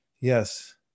Yes